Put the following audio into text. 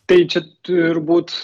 tai čia turbūt